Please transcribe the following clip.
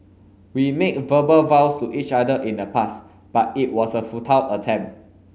we made verbal vows to each other in the past but it was a futile attempt